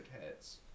heads